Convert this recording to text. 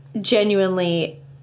genuinely